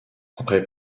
après